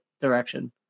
direction